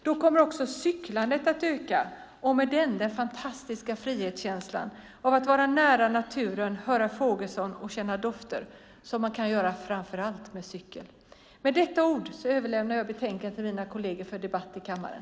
Då kommer också cyklandet att öka och med det den fantastiska frihetskänslan av att vara nära naturen, höra fågelsång och känna dofter som man kan göra framför allt på cykel. Med dessa ord överlämnar jag betänkandet till mina kolleger för debatt i kammaren.